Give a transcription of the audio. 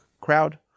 crowd